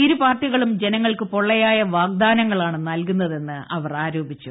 ഇരു പാർട്ടികളും ജനങ്ങൾക്ക് പൊള്ളയായ വാഗ്ദാനങ്ങളാണ് നൽകുന്നതെന്ന് അവർ ആരോപിച്ചു